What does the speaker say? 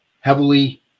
heavily